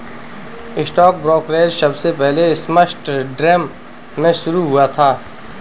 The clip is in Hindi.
स्टॉक ब्रोकरेज सबसे पहले एम्स्टर्डम में शुरू हुआ था